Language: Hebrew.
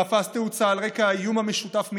תפס תאוצה על רקע האיום המשותף מאיראן,